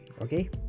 Okay